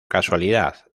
casualidad